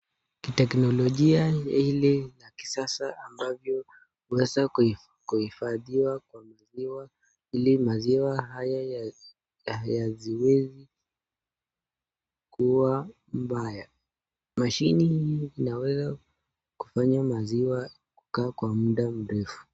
Teknologia hili la kisasa ambayo huweza kuhifadhiwa kwa maziwa ili maziwa hayo yasiweze kuwa mbaya. Mashini hii inaweza kufanya maziwa kukaa kwa muda mrefu.